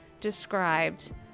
described